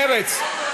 מרצ,